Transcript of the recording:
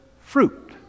fruit